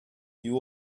you